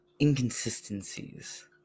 inconsistencies